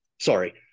Sorry